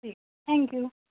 ठीक थँक्यू